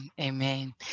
Amen